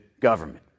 government